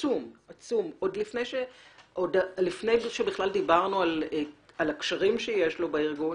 עצום עוד לפני שבכלל דיברנו על הקשרים שיש לו בארגון.